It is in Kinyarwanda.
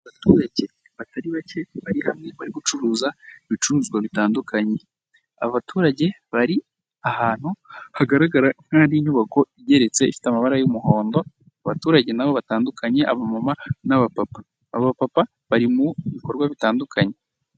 Abaturage batari bake, bari bamwe bari gucuruza ibicuruzwa bitandukanye. Aba baturage bari ahantu hagaragara n'inyubako igeretse, ifite amabara y'umuhondo, abaturage na bo batandukanye, abamama n'abapapa. Abo bapapa bari mu bikorwa bitandukanye.